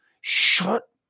shut